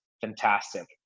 fantastic